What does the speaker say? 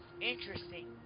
Interesting